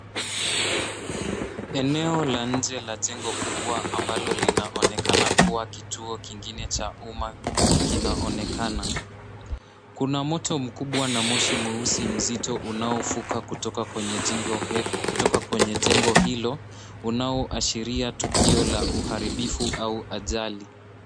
Eneo la nje la jengo kubwa ambalo linaonekana kuwa kituo kingine cha umma kinaonekana. Kuna moto mkubwa na moshi mweusi mzito unaofuka kutoka kwenye jengo hilo, unaoashiria tukio la uharibifu au ajali.